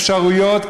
אפשרויות,